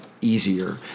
Easier